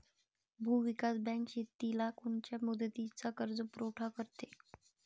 भूविकास बँक शेतीला कोनच्या मुदतीचा कर्जपुरवठा करते?